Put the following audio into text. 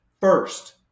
first